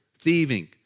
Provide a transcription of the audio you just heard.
thieving